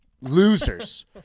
losers